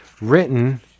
written